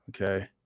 Okay